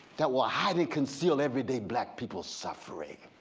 that will highly conceal every day black people suffering.